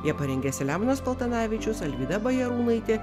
ją parengė selemonas paltanavičius alvyda bajarūnaitė